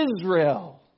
Israel